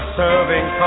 serving